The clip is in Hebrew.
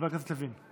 חבר הכנסת לוין.